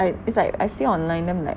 like it's like I see online then I'm like